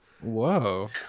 Whoa